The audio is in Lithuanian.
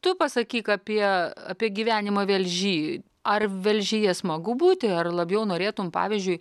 tu pasakyk apie apie gyvenimą velžy ar velžyje smagu būti ar labiau norėtum pavyzdžiui